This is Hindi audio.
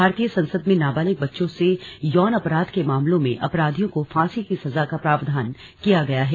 भारतीय संसद में नाबालिग बच्चों से यौन अपराध के मामलों में अपराधियों को फांसी की सजा का प्रावधान किया गया है